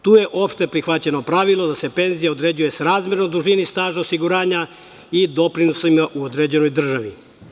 Tu je opšte prihvaćeno pravilo da se penzija određuje srazmerno dužini staža osiguranja i doprinosima u određenoj državi.